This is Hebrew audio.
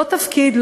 לא תפקיד,